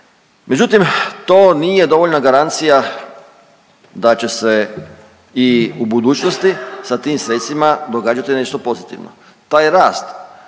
Međutim, to nije dovoljna garancija da će se i u budućnosti sa tim sredstvima događati nešto pozitivno. Taj rast